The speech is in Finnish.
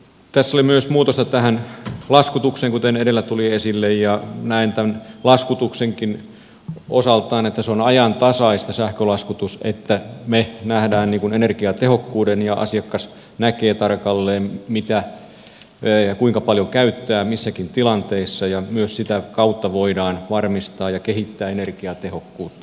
tässä oli myös muutosta tähän laskutukseen kuten edellä tuli esille ja näen tämän laskutuksenkin niin että se sähkölaskutus osaltaan on ajantasaista niin että me näemme energiatehokkuuden ja asiakas näkee tarkalleen mitä ja kuinka paljon käyttää missäkin tilanteessa ja myös sitä kautta voidaan varmistaa ja kehittää energiatehokkuutta